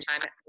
time